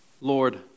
Lord